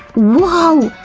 whoa!